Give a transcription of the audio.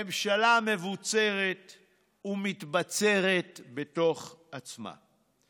ממשלה מבוצרת ומתבצרת בתוך עצמה.